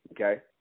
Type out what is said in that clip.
okay